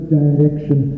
direction